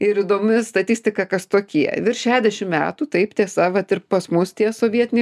ir įdomi statistika kas tokie virš šedešim metų taip tiesa vat ir pas mus tie sovietiniai